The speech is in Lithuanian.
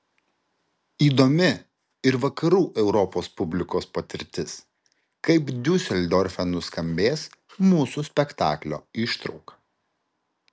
įdomi ir vakarų europos publikos patirtis kaip diuseldorfe nuskambės mūsų spektaklio ištrauka